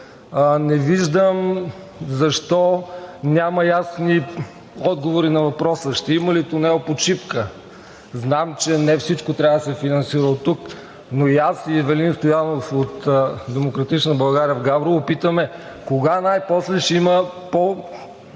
Не виждам защо няма ясни отговори на въпроса: ще има ли тунел под Шипка? Знам, че не всичко трябва да се финансира оттук, но и аз, и Евелин Стоянов от „Демократична България“ в Габрово питаме кога най-после ще има